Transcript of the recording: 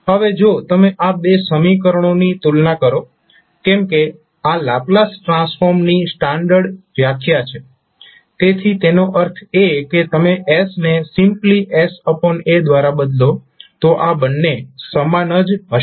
હવે જો તમે આ બે સમીકરણોની તુલના કરો કેમ કે આ લાપ્લાસ ટ્રાન્સફોર્મની સ્ટાન્ડર્ડ વ્યાખ્યા છે તેથી તેનો અર્થ એ કે તમે s ને સિમ્પ્લી sa દ્વારા બદલો તો આ બંને સમાન જ હશે